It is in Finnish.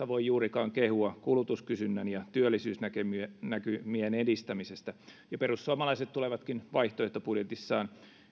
voi juurikaan kehua kulutuskysynnän ja työllisyysnäkymien edistämisestä perussuomalaiset tulevatkin vaihtoehtobudjetissaan